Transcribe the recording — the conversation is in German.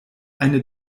eine